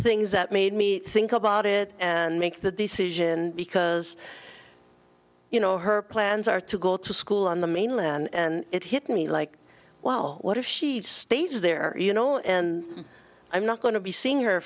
things that made me think about it and make the decision because you know her plans are to go to school on the mainland and it hit me like well what if she just stays there you know and i'm not going to be seeing her